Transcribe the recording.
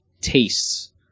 tastes